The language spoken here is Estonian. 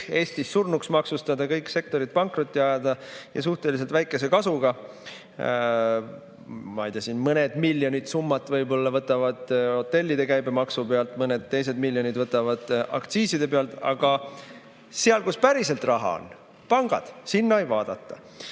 Eestis surnuks maksustada, kõik sektorid pankrotti ajada ja suhteliselt väikese kasuga. Ma ei tea, siin mõned miljonid võib-olla võtavad hotellide käibemaksu pealt, mõned miljonid võtavad aktsiiside pealt, aga seal, kus päriselt raha on, pangad, sinna ei vaadata. Eelmise